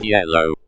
Yellow